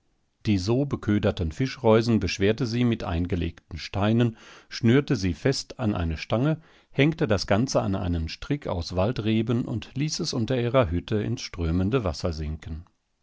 die so beköderten fischreusen beschwerte sie mit eingelegten steinen schnürte sie fest an eine stange hängte das ganze an einen strick aus waldreben und ließ es unter ihrer hütte ins strömende wasser sinken